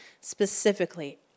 specifically